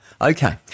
Okay